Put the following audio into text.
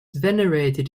venerated